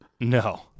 No